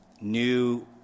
new